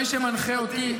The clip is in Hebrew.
מי שמנחה אותי,